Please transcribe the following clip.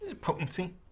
potency